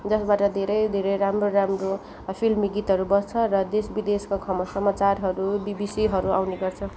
जसबाट धेरै धेरै राम्रो राम्रो फिल्मी गितहरू बज्छ र देश विदेशको समाचारहरू बिबिसीहरू आउने गर्छ